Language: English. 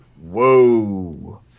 whoa